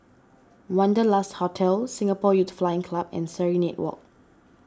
Wanderlust Hotel Singapore Youth Flying Club and Serenade Walk